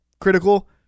critical